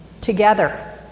together